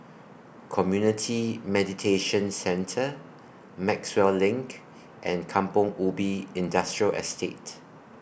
Community Mediation Centre Maxwell LINK and Kampong Ubi Industrial Estate